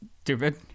stupid